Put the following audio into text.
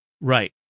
Right